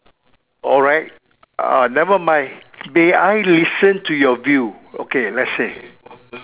alright uh never mind may I listen to your view okay let's say